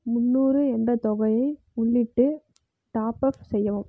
முன்னூறு என்ற தொகையை உள்ளிட்டு டாப்அப் செய்யவும்